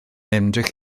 ymdrech